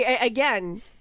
Again